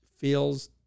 feels